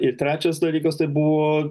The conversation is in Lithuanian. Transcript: ir trečias dalykas tai buvo